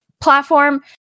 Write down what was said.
platform